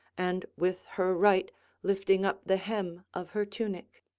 and with her right lifting up the hem of her tunic.